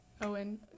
Owen